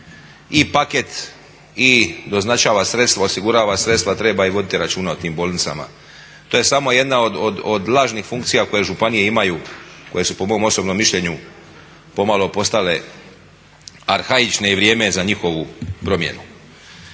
i paket i doznačava sredstva, osigurava sredstva treba i voditi računa o tim bolnicama. To je samo jedna od lažnih funkcija koje županije imaju, koje su po mom osobnom mišljenju pomalo postale arhaične i vrijeme je za njihovu promjenu.